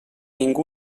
ningú